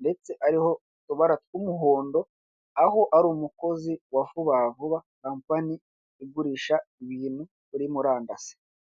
ndetse ariho utubara tw'umuhondo aho ari umukozi wa vuba vuba kampani igurisha ibintu kuri murandasi.